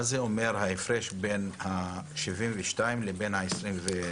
מה אומר ההפרש בין ה-72 לבין ה-20?